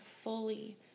fully